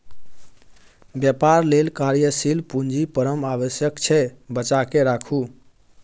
बेपार लेल कार्यशील पूंजी परम आवश्यक छै बचाकेँ राखू